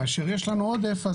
כאשר יש לנו עודף,